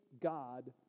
God